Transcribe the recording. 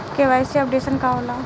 KYC updation का होला?